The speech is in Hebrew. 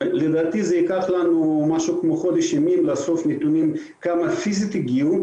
לדעתי ייקח לנו כחודש ימים לאסוף נתונים כמה פיזית הגיעו,